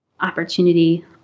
Opportunity